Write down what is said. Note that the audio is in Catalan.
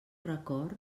record